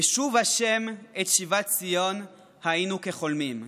"בשוב ה' את שיבת ציון היינו כחֹלמים".